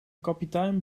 kapitein